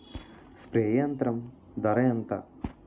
Spray యంత్రం ధర ఏంతా?